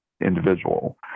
individual